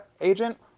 agent